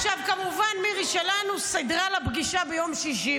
עכשיו, כמובן, מירי שלנו סגרה לה פגישה ביום שישי.